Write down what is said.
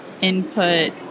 input